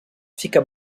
fica